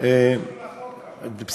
מה זה קשור לחוק, אבל?